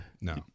No